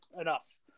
enough